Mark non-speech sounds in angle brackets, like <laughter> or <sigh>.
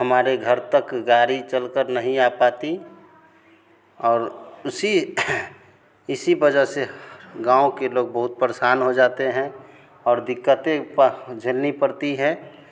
हमारे घर तक गाड़ी चल कर नहीं आ पाती और उसी इसी वजह से गाँव के लोग बहुत परेशान हो जाते हैं और दिक़्क़तें <unintelligible> झेलनी पड़ती हैं